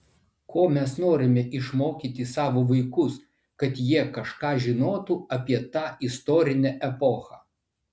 ko mes norime išmokyti savo vaikus kad jie kažką žinotų apie tą istorinę epochą